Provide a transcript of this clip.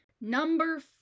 number